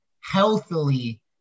healthily